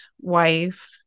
wife